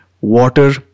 water